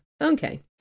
okay